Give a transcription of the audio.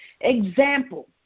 Example